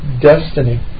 destiny